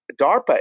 DARPA